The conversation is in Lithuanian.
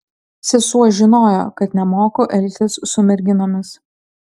sesuo žinojo kad nemoku elgtis su merginomis